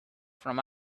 from